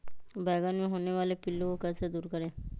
बैंगन मे होने वाले पिल्लू को कैसे दूर करें?